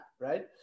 right